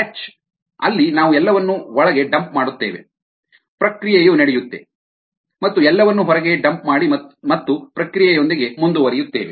batch ಅಲ್ಲಿ ನಾವು ಎಲ್ಲವನ್ನೂ ಒಳಗೆ ಡಂಪ್ ಮಾಡುತ್ತೇವೆ ಪ್ರಕ್ರಿಯೆಯು ನಡೆಯುತ್ತೆ ಮತ್ತು ಎಲ್ಲವನ್ನೂ ಹೊರಗೆ ಡಂಪ್ ಮಾಡಿ ಮತ್ತು ಪ್ರಕ್ರಿಯೆಯೊಂದಿಗೆ ಮುಂದುವರಿಯುತ್ತೇವೆ